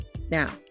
Now